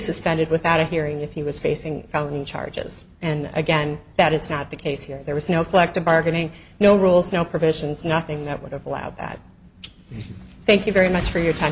suspended without a hearing if he was facing felony charges and again that it's not the case here there was no collective bargaining no rules no provisions nothing that would have allowed that thank you very much for your time